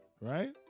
right